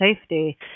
safety